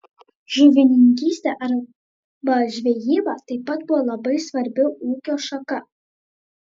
žuvininkystė arba žvejyba taip pat buvo labai svarbi ūkio šaka